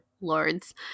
lords